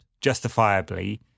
justifiably